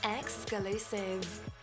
Exclusive